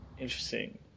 Interesting